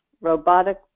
robotic